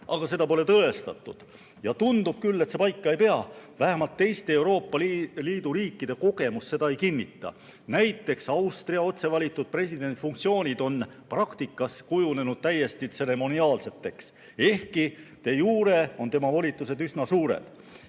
aga seda pole tõestatud. Ja tundub küll, et see paika ei pea. Vähemalt teiste Euroopa Liidu riikide kogemus seda ei kinnita. Näiteks, Austria otse valitud presidendi funktsioonid on praktikas kujunenud täiesti tseremoniaalseteks, ehkkide iureon tema volitused üsna suured.